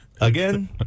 again